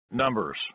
Numbers